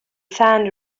found